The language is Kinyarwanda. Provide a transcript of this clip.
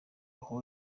aho